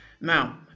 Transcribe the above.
Now